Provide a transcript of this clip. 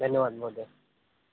धन्यवादः महोदय